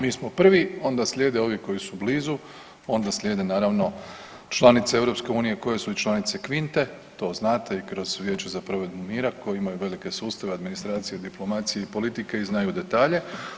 Mi smo prvi, onda slijede ovi koji su blizu, onda slijede naravno, članice EU koje su članice Quinte, to znate i kroz Vijeće za provedbu mira, koji imaju velike sustave, administracije, diplomacije i politike i znaju detalje.